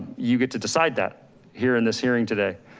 you get to decide that here in this hearing today,